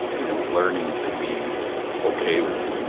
you know, learning to be okay with,